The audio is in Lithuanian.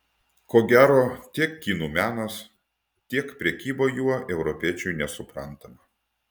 ko gero tiek kinų menas tiek prekyba juo europiečiui nesuprantama